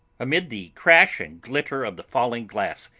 amid the crash and glitter of the falling glass,